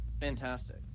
fantastic